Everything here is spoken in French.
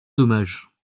dommage